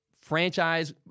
franchise